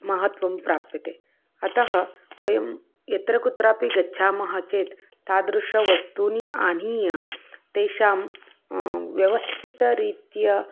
महत्वं प्राप्यते अतः वयं यत्र कुत्रापि गच्छामः चेत् तादृशानि वस्तूनि आनीय तेषां व्यवस्थितरीत्या